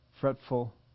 fretful